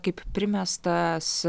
kaip primestas